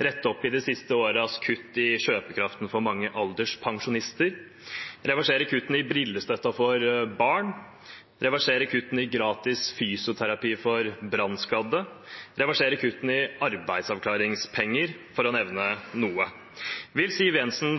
rette opp i de siste årenes kutt i kjøpekraften til mange alderspensjonister, reversere kuttene i brillestøtten til barn, reversere kuttene i gratis fysioterapi for brannskadde og reversere kuttene i arbeidsavklaringspenger, for å nevne noe. Vil Siv Jensen